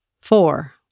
Four